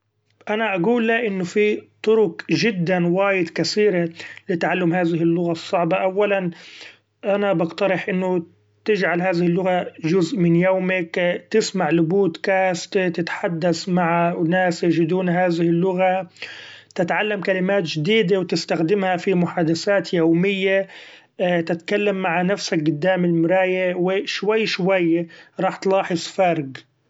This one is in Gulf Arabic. أنا أقول له انو في طرق جدا وايد كثيري لتعلم هذه اللغة الصعبة ، أولا أنا بقترح انو تجعل هذه اللغة الصعبة جزء من يومك تسمع ل Podcast ، تتحدث مع ناس يجيدون هذه اللغة ، تتعلم كلمات جديدي و تستخدمها في محادثات يوميي ، تتكلم مع نفسك قدام المرايي و شوي شوي رح تلاحظ فرق.